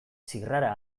zirrara